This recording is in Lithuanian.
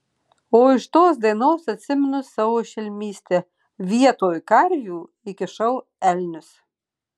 o iš tos dainos atsimenu savo šelmystę vietoj karvių įkišau elnius